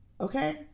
Okay